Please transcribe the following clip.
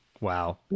Wow